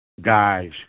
guys